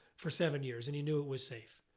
for seven years and he knew it was safe.